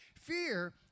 fear